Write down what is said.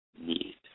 need